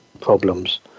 problems